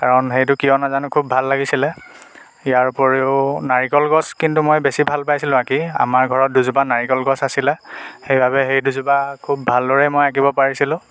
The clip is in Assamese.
কাৰণ সেইটো কিয় নাজানো খুব ভাল লাগিছিলে ইয়াৰোপৰিও নাৰিকল গছ কিন্তু মই বেছি ভাল পাইছিলোঁ আঁকি আমাৰ ঘৰত দুজোপা নাৰিকল গছ আছিলে সেইবাবে সেই দুজোপা খুব ভালদৰেই মই আঁকিব পাৰিছিলোঁ